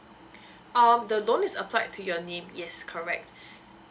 um the loan is applied to your name yes correct